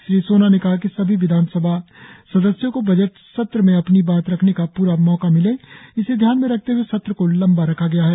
श्री सोना ने कहा कि सभी विधानसभा सदस्यों को बजट सत्र में अपनी बात रखने का पूरा मौका मिले इसे ध्यान में रखते हुए सत्र को लंबा रखा गया है